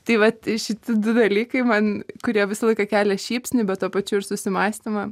tai vat šiti du dalykai man kurie visą laiką kelia šypsnį bet tuo pačiu ir susimąstymą